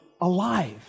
alive